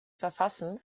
verfassen